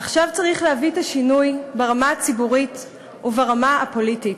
עכשיו צריך להביא את השינוי ברמה הציבורית וברמה הפוליטית.